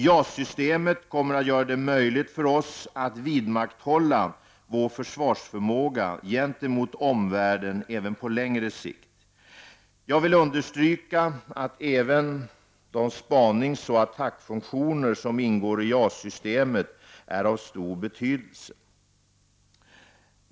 JAS-systemet kommer att göra det möjligt för oss att vidmakthålla vår försvarsförmåga gentemot omvärlden även på längre sikt. Jag vill understryka att även de spaningsoch attackfunktioner som ingår i JAS-systemet är av stor betydelse.